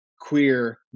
queer